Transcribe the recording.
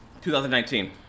2019